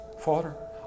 Father